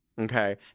Okay